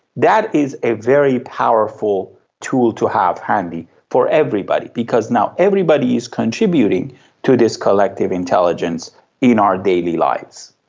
that is a very powerful tool to have handy for everybody, because now everybody is contributing to this collective intelligence in our daily lives.